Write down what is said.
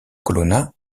colonna